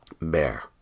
Bear